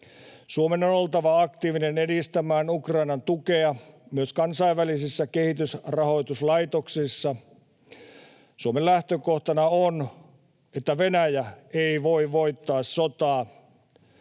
Suomen on oltava aktiivinen edistämään Ukrainan tukea myös kansainvälisissä kehitysrahoituslaitoksissa. Suomen lähtökohtana on, että Venäjä ei voi voittaa sotaa.